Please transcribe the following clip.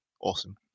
Awesome